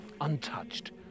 untouched